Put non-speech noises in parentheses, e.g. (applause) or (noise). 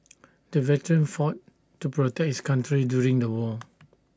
the veteran fought to protect his country during the war (noise)